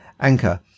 anchor